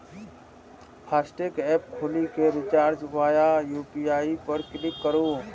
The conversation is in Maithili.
फास्टैग एप खोलि कें रिचार्ज वाया यू.पी.आई पर क्लिक करू